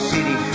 City